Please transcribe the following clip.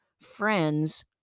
friends